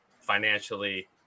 financially